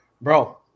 Bro